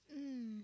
mm